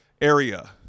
area